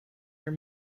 are